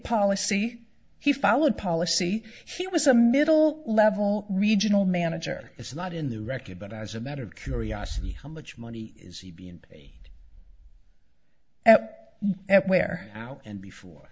policy he followed policy he was a middle level regional manager it's not in the record but as a matter of curiosity how much money is he being paid at where out